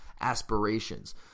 aspirations